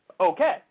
Okay